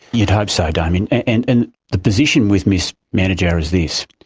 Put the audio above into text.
you'd hope so damien, and and the position with ms mandijarra is this,